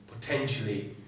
potentially